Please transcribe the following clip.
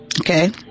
okay